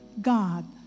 God